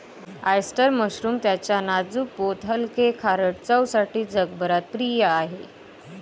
oyster mushroom त्याच्या नाजूक पोत हलके, खारट चवसाठी जगभरात प्रिय आहे